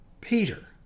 Peter